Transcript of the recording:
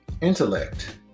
intellect